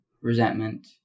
resentment